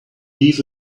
leave